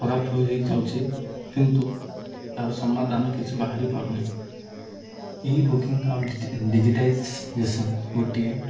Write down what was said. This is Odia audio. ଖରାପ ହୋଇ ହୋଇଯାଉଛି କିନ୍ତୁ ଏହାର ସମାଧାନ କିଛି ବାହାରି ପାରୁନାଇଁ ଇ ବୁକିଂ ଆଉ ଡ଼ିଜିଟାଇଜେସନ୍ ଗୋଟିଏ